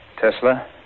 Tesla